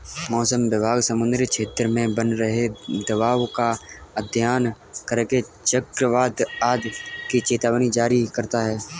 मौसम विभाग समुद्री क्षेत्र में बन रहे दबाव का अध्ययन करके चक्रवात आदि की चेतावनी जारी करता है